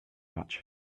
much